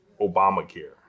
Obamacare